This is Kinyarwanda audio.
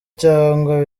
cyangwa